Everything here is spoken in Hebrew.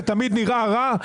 זה תמיד נראה רע,